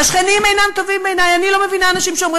"השכנים אינם טובים בעיני" אני לא מבינה אנשים שאומרים